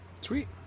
Sweet